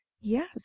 yes